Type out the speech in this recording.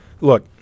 look